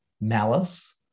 malice